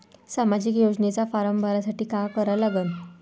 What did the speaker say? सामाजिक योजनेचा फारम भरासाठी का करा लागन?